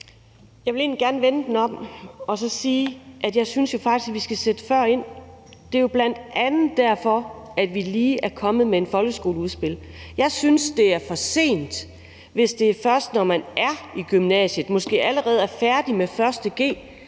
Jeg vil egentlig gerne vende det om og sige, at jeg faktisk synes, vi skal sætte ind før. Det er jo bl.a. derfor, vi lige er kommet med et folkeskoleudspil. Jeg synes, det er for sent, hvis det først er, når man er i gymnasiet og måske allerede er færdig med 1.